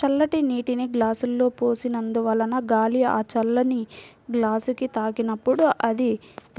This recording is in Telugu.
చల్లటి నీటిని గ్లాసులో పోసినందువలన గాలి ఆ చల్లని గ్లాసుని తాకినప్పుడు అది